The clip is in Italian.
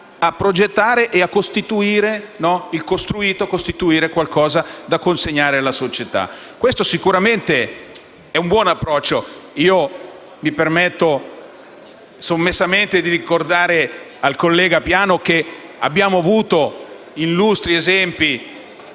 a progettare e costruire qualcosa da consegnare alla società: questo è sicuramente un buon approccio. Mi permetto sommessamente di ricordare al collega Piano che abbiamo avuto illustri esempi